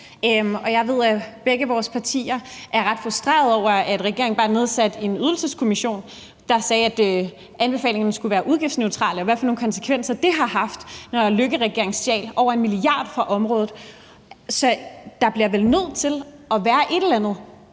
Jeg ved, at begge vores partier er ret frustrerede over, at regeringen bare nedsatte Ydelseskommissionen, der sagde, at anbefalingerne skulle være udgiftsneutrale, og over, hvad for nogle konsekvenser det har haft, at Løkkeregeringen stjal over 1 mia. kr. fra området. Så der bliver vel nødt til at være et eller andet,